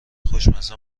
خوشمزه